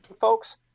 folks